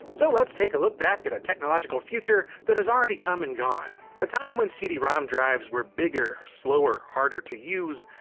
so let's take a look back at a technological future that has already come and gone, a time when cd-rom drives were bigger, slower, harder to use,